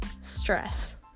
stress